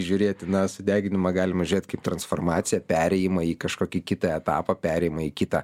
žiūrėti na sudeginamą galima žiūrėti kaip transformaciją perėjimą į kažkokį kitą etapą perėjimą į kitą